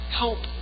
help